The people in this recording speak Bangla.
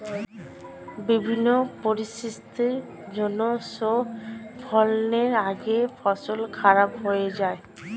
বিভিন্ন পরিস্থিতির জন্যে শস্য ফলনের আগেই ফসল খারাপ হয়ে যায়